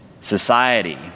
society